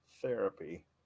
Therapy